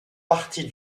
partie